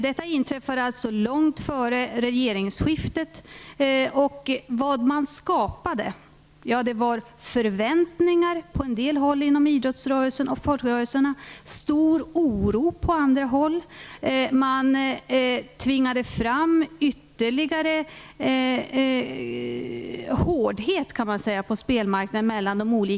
Detta inträffade alltså lång före regeringsskiftet, och vad man då skapade var förväntningar på en del håll inom idrottsrörelsen och folkrörelserna och stor oro på andra håll. Man tvingade fram ytterligare hårdhet mellan aktörerna på spelmarknaden.